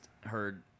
heard